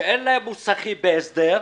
שאין להם מוסכים בהסדר.